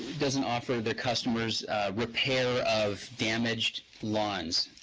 doesn't offer the customers repair of damages lines.